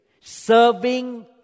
serving